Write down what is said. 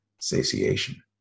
satiation